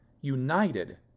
united